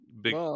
big